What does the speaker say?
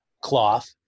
cloth